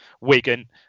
Wigan